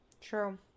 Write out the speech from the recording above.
True